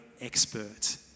expert